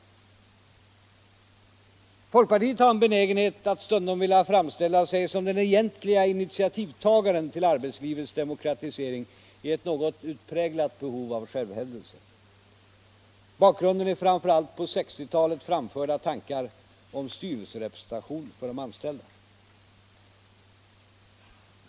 Folkpartiet har en benägenhet att stundom vilja framställa sig som den egentliga initiativtagaren till arbetslivets demokratisering i ett något utpräglat behov av självhävdelse. Bakgrunden är framför allt på 1960-talet framförda tankar om styrelserepresentation för de anställda.